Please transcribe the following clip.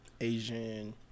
Asian